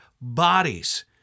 bodies